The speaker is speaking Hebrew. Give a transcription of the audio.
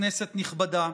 כנסת נכבדה,